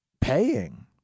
paying